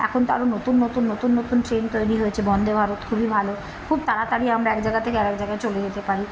এখন তারও নতুন নতুন নতুন নতুন ট্রেন তৈরি হয়েছে বন্দে ভারত খুবই ভালো খুব তাড়াতাড়ি আমরা এক জায়গা থেকে আরেক জায়গায় চলে যেতে পারি